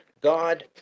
God